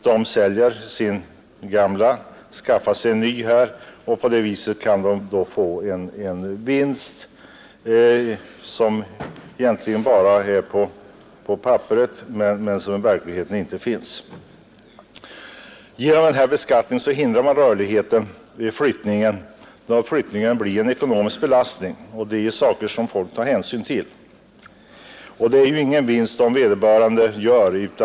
De säljer sin gamla villa och skaffar sig en ny, och på så sätt kan de få en vinst som egentligen bara är på papperet och som i verkligheten alltså inte finns. Genom denna beskattning hindrar man rörligheten vid flyttning av företag och verksamheter, om alltså själva flyttningen för dem som drabbas blir en ekonomisk belastning, ty det är något som folk tar hänsyn till. Det är ingen verklig vinst som vederbörande gör.